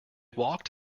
walked